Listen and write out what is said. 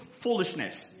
foolishness